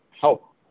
help